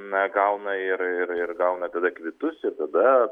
na gauna ir ir ir gauna tada kvitus ir tada